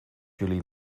jullie